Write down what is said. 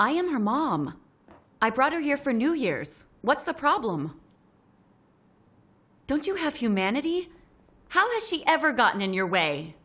i am her mom i brought her here for new years what's the problem don't you have humanity how has she ever gotten in your way